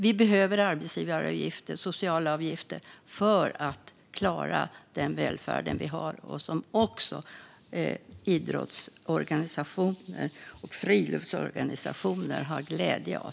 Vi behöver arbetsgivaravgifter och sociala avgifter för att klara den välfärd vi har, som också idrottsorganisationer och friluftsorganisationer har glädje av.